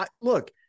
look